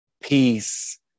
peace